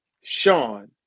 Sean